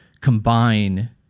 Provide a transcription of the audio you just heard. combine